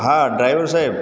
હા ડ્રાઈવર સાહેબ